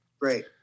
Great